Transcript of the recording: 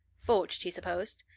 forged, he supposed.